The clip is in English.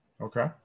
okay